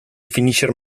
finnischer